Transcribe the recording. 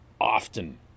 often